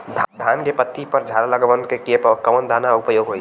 धान के पत्ती पर झाला लगववलन कियेपे कवन दवा प्रयोग होई?